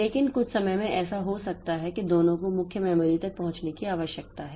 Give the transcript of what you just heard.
लेकिन कुछ समय में ऐसा हो सकता है कि दोनों को मुख्य मेमोरी तक पहुंचने की आवश्यकता है